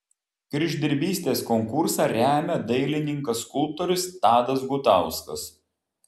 kryždirbystės konkursą remia dailininkas skulptorius tadas gutauskas